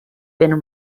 been